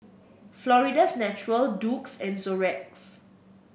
Florida's Natural Doux and Xorex